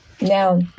Now